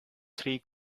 three